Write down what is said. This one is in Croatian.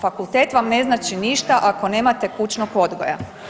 Fakultet vam ne znači ništa ako nemate kućnog odgoja.